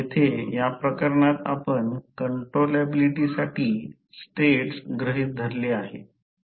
येथे या प्रकरणात आपण कंट्रोलॅबिलिटीसाठी स्टेट्स गृहीत धरले आहे